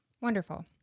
Wonderful